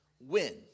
win